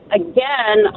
again